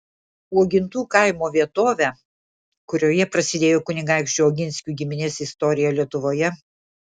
uogintų kaimo vietovę kurioje prasidėjo kunigaikščių oginskių giminės istorija lietuvoje